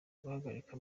guhagarika